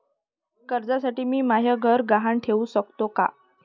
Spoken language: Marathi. कर्जसाठी मी म्हाय घर गहान ठेवू सकतो का